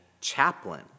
chaplain